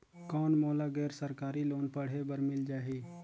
कौन मोला गैर सरकारी लोन पढ़े बर मिल जाहि?